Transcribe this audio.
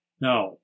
Now